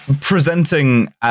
presenting